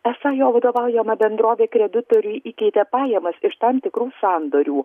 esą jo vadovaujama bendrovė kreditoriui įkeitė pajamas iš tam tikrų sandorių